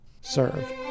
serve